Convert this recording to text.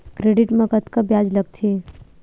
Credit मा कतका ब्याज लगथे?